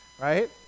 right